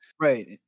Right